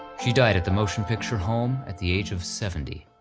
she died at the motion-picture home at the age of seventy.